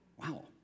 Wow